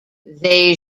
they